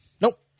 Nope